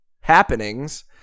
happenings